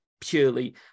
purely